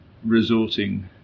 resorting